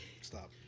stop